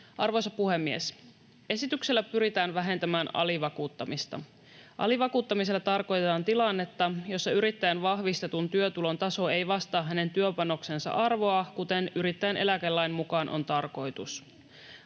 Arvoisa puhemies! Esityksellä pyritään vähentämään alivakuuttamista. Alivakuuttamisella tarkoitetaan tilannetta, jossa yrittäjän vahvistetun työtulon taso ei vastaa hänen työpanoksensa arvoa, kuten yrittäjän eläkelain mukaan on tarkoitus.